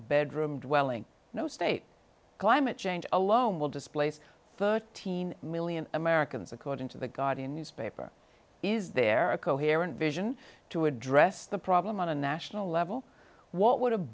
bedroom dwelling no state climate change alone will displace thirteen million americans according to the guardian newspaper is there a coherent vision to address the problem on a national level what would